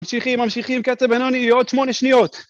ממשיכים, ממשיכים, קצב בינוני, עוד שמונה שניות.